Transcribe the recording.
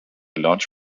large